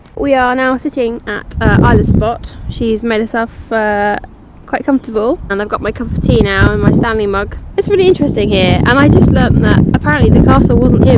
we are now sitting at isla's spot. she has made herself quite comfortable, and i've got my cup of tea now in my stanley mug. it's really interesting here. and i just learnt and that, apparently the castle wasn't yeah